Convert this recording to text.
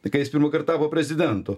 tai ką jis pirmąkart tapo prezidentu